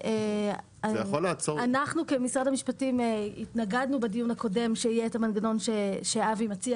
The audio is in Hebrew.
אנחנו כמשרד המשפטים התנגדנו בדיון הקודם שיהיה את המנגנון שאבי מציע